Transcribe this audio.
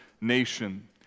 Nation